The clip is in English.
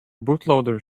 bootloader